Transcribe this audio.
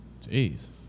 Jeez